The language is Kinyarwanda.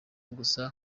gusa